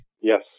Yes